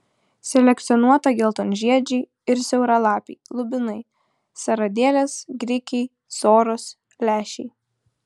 selekcionuota geltonžiedžiai ir siauralapiai lubinai seradėlės grikiai soros lęšiai